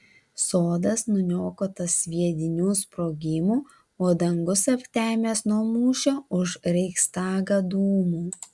sodas nuniokotas sviedinių sprogimų o dangus aptemęs nuo mūšio už reichstagą dūmų